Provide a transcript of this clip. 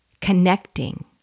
connecting